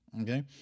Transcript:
Okay